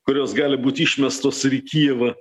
kurios gali būt išmestos ir į kijevą